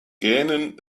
gähnen